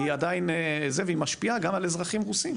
היא עדיין זה והיא משפיעה גם על אזרחים רוסים.